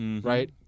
right